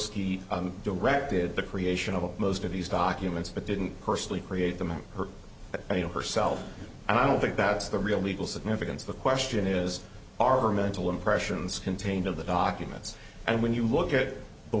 perske directed the creation of most of these documents but didn't personally create them on her and herself and i don't think that's the real legal significance the question is are her mental impressions contained of the documents and when you look at the